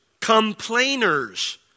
complainers